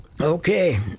okay